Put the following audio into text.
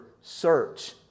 search